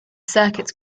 circuits